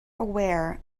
aware